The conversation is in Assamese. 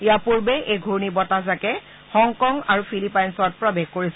ইয়াৰ পূৰ্বে এই ঘূৰ্ণী বতাহজাকে হংকং আৰু ফিলিপাইনছত প্ৰৱেশ কৰিছিল